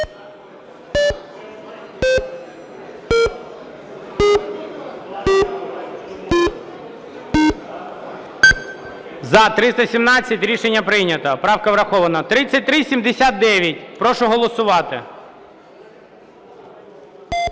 За-317 Рішення прийнято. Правка врахована. 3379. Прошу голосувати.